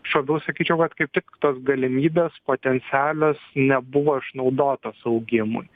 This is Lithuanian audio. aš labiau sakyčiau kad kaip tik tos galimybės potencialios nebuvo išnaudotos augimui